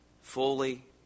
fully